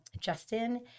justin